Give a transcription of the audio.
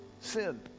sin